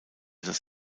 das